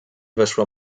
weszła